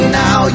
now